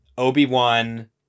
Obi-Wan